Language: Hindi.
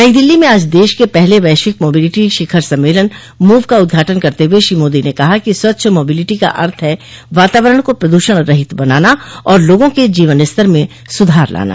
नई दिल्ली में आज देश के पहले वैश्विक मोबिलिटी शिखर सम्मेलन मूव का उद्घाटन करते हुए श्री मोदी ने कहा कि स्वच्छ मोबिलिटी का अर्थ है वातावरण को प्रदूषण रहित बनाना और लोगों के जीवन स्तर में सुधार लाना